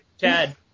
Chad